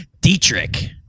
Dietrich